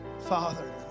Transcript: Father